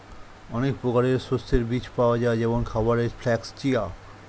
অনেক প্রকারের শস্যের বীজ পাওয়া যায় যেমন খাবারের ফ্লাক্স, চিয়া